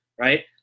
Right